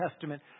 Testament